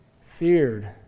feared